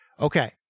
okay